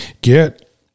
get